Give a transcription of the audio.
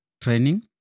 training